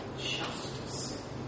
justice